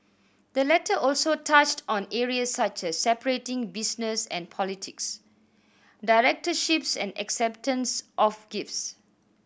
the letter also touched on areas such as separating business and politics directorships and acceptance of gifts